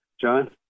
John